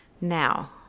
Now